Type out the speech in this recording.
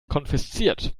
konfisziert